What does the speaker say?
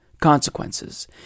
consequences